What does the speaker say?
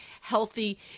Healthy